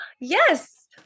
Yes